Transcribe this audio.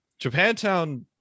japantown